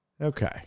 Okay